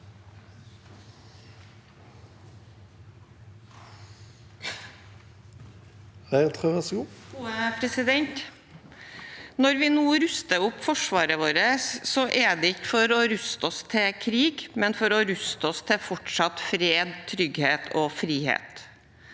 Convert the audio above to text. Når vi nå ruster opp forsvaret vårt, er det ikke for å ruste oss til krig, men for å ruste oss til fortsatt fred, trygghet og frihet.